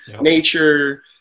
nature